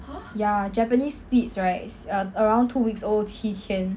ya japanese spitz right around two weeks old 七千